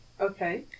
Okay